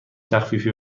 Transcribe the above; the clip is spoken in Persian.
تخفیفی